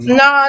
no